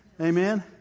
Amen